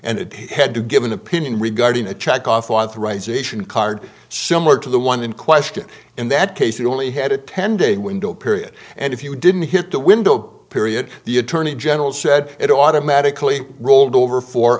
and it had to give an opinion regarding a checkoff authorization card similar to the one in question in that case you only had a ten day window period and if you didn't hit the window period the attorney general said it automatically rolled over for